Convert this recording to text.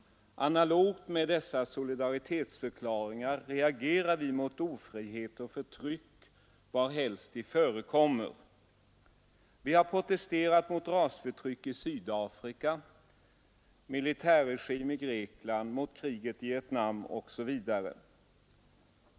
Analogt med dessa solidaritetsförklaringar reagerar vi mot ofrihet och förtryck var helst de förekommer. Vi har protesterat mot rasförtrycket i Sydafrika, militärregimen i Grekland, kriget i Vietnam osv.